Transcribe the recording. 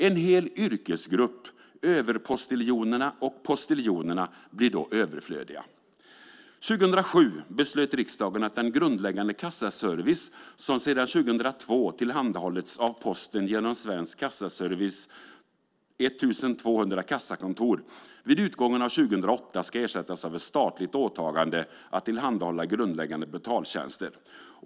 En hel yrkesgrupp, överpostiljonerna och postiljonerna, blir överflödiga. År 2007 beslutade riksdagen att den grundläggande kassaservice som sedan 2002 tillhandahållits av Posten genom Svensk Kassaservices 1 200 kassakontor vid utgången av 2008 ska ersättas av ett statligt åtagande att tillhandahålla grundläggande betaltjänster.